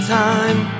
time